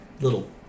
little